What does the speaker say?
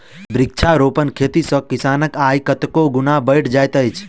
वृक्षारोपण खेती सॅ किसानक आय कतेको गुणा बढ़ि जाइत छै